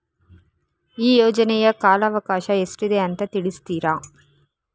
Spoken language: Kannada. ಈ ಯೋಜನೆಯ ಕಾಲವಕಾಶ ಎಷ್ಟಿದೆ ಅಂತ ತಿಳಿಸ್ತೀರಾ?